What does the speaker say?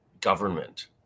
government